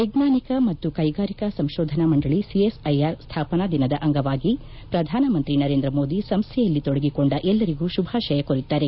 ವೈಜ್ಞಾನಿಕ ಮತ್ತು ಕೈಗಾರಿಕಾ ಸಂಕೋಧನಾ ಮಂಡಳಿ ಸಿಎಸ್ಐಆರ್ ಸ್ಥಾಪನಾ ದಿನದ ಅಂಗವಾಗಿ ಶ್ರಧಾನ ಮಂತ್ರಿ ಸರೇಂದ್ರ ಮೋದಿ ಸಂಸ್ಥೆಯಲ್ಲಿ ತೊಡಗಿಸಿಕೊಂಡ ಎಲ್ಲರಿಗೂ ಶುಭಾಶಯ ಕೋರಿದ್ದಾರೆ